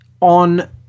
on